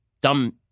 dumb